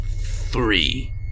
three